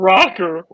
Rocker